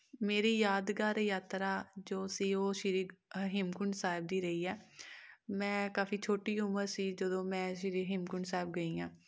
ਮੇਰੀ ਯਾਦਗਾਰ ਯਾਤਰਾ ਜੋ ਸੀ ਉਹ ਸ਼੍ਰੀ ਹੇਮਕੁੰਟ ਸਾਹਿਬ ਦੀ ਰਹੀ ਹੈ ਮੈਂ ਕਾਫੀ ਛੋਟੀ ਉਮਰ ਸੀ ਜਦੋਂ ਮੈਂ ਸ਼੍ਰੀ ਹੇਮਕੁੰਟ ਸਾਹਿਬ ਗਈ ਹਾਂ